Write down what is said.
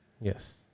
Yes